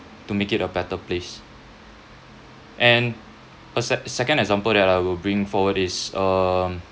to make it a better place and a sec~ second example that I will bring forward is um